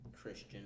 Christian